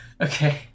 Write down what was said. okay